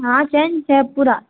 हाँ चेंज है पूरा